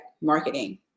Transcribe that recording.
marketing